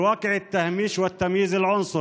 במציאות ההזנחה והאפליה